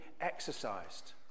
exercised